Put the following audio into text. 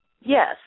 Yes